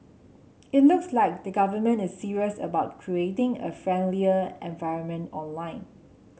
it looks like the government is serious about creating a friendlier environment online